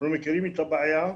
ומכירים את הבעיה,